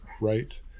right